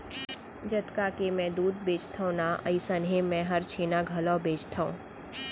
जतका के मैं दूद बेचथव ना अइसनहे मैं हर छेना घलौ बेचथॅव